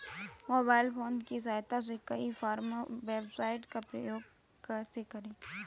Mobile phone की सहायता से ई कॉमर्स वेबसाइट का उपयोग कैसे करें?